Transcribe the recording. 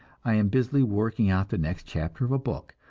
i am busily working out the next chapter of a book,